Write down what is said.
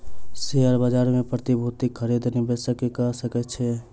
share बाजार मे प्रतिभूतिक खरीद निवेशक कअ सकै छै